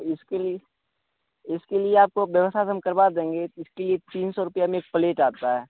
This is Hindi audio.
इसके लिए इसके लिए आपको व्यवस्था तो हम करवा देंगे इसकी तीन सौ रुपये में एक प्लेट आता है